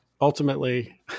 ultimately